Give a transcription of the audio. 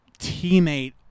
teammate